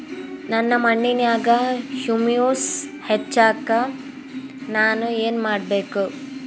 ನನ್ನ ಮಣ್ಣಿನ್ಯಾಗ್ ಹುಮ್ಯೂಸ್ ಹೆಚ್ಚಾಕ್ ನಾನ್ ಏನು ಮಾಡ್ಬೇಕ್?